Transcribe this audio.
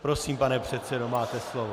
Prosím, pane předsedo, máte slovo.